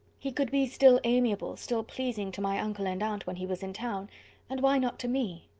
he could be still amiable, still pleasing, to my uncle and aunt, when he was in town and why not to me?